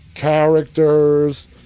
characters